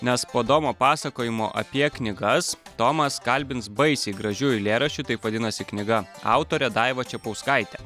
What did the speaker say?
nes po domo pasakojimo apie knygas tomas kalbins baisiai gražių eilėraščių taip vadinasi knyga autorę daivą čepauskaitę